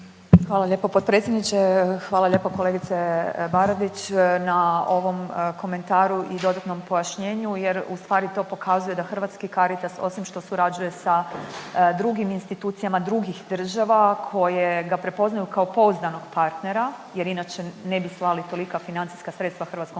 Hvala lijepo potpredsjedniče, hvala lijepo kolegice Baradić na ovom komentaru i dodatnom pojašnjenju jer u stvari to pokazuje da Hrvatski Caritas osim što surađuje sa drugim institucijama drugih država koje ga prepoznaju kao pouzdanog partnera, jer inače ne bi slali tolika financijska sredstva Hrvatskom Caritasu